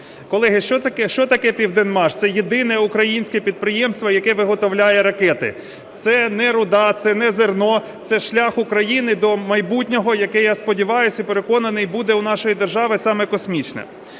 Колеги, що таке "Південмаш"? Це єдине українське підприємство, яке виготовляє ракети. Це не руда, це не зерно, це шлях України до майбутнього, яке, я сподіваюсь і переконаний, буде у нашої держави саме космічне.